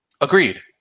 Agreed